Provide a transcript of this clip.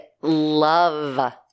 love